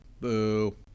Boo